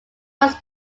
was